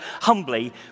humbly